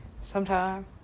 Sometime